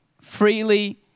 freely